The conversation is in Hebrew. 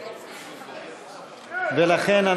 לכן,